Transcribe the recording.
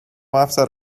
افسر